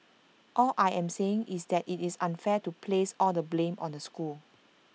all I am saying is that IT is unfair to place all the blame on the school